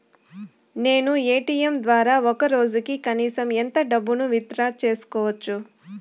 నేను ఎ.టి.ఎం ద్వారా ఒక రోజుకి కనీసం ఎంత డబ్బును విత్ డ్రా సేసుకోవచ్చు?